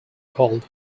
called